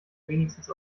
wenigstens